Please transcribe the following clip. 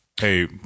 Hey